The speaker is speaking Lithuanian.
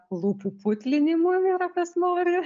lūpų putlinimui yra kas nori